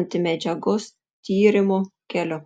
antimedžiagos tyrimų keliu